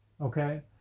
okay